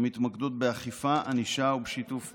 והן מתמקדות באכיפה, ענישה ובשיתוף מידע.